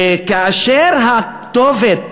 וכאשר הכתובת